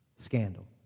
Scandal